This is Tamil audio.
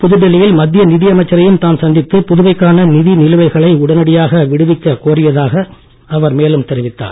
புதுடில்லியில் மத்திய நிதி அமைச்சரையும் தாம் சந்தித்து புதுவைக்கான நிதி நிலுவைகளை உடனடியாக விடுவிக்கக் கோரியதாகவும் அவர் கூறினார்